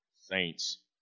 Saints